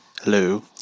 Hello